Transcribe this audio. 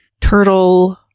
Turtle